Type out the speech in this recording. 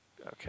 Okay